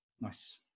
nice